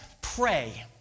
pray